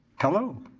hello?